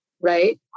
Right